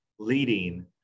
Leading